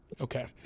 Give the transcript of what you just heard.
Okay